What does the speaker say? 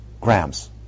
grams